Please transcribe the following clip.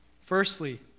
Firstly